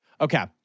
Okay